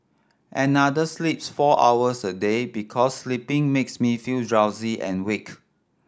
another sleeps four hours a day because sleeping makes me feel drowsy and weak